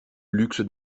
luxe